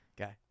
Okay